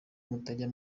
mutajya